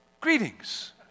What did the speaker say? greetings